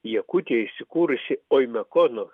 jakutijoj įsikūrusi oimekono